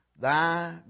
thy